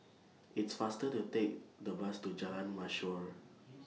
It's faster to Take The Bus to Jalan Mashhor